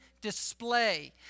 display